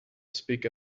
speak